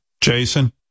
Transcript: jason